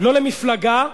לא למפלגה,